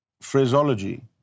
phraseology